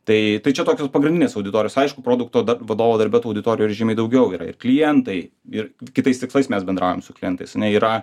tai tai čia tokios pagrindinės auditorijos aišku produkto vadovo darbe tų auditorijų ir žymiai daugiau yra ir klientai ir kitais tikslais mes bendraujam su klientais ane yra